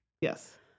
Yes